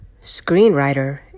screenwriter